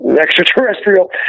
extraterrestrial